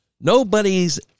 Nobody's